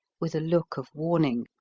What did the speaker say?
with a look of warning.